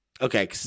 Okay